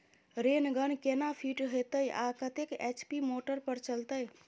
Rain gun केना fit हेतइ आ कतेक एच.पी मोटर पर चलतै?